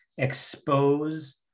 expose